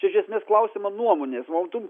čia iš esmės klausiama nuomonės o tų